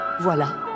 Voilà